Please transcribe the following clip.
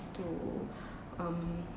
to um